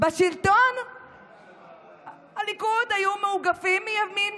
בשלטון הליכוד היו מאוגפים מימין,